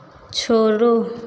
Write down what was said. छोड़ो